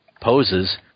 poses